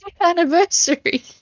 anniversary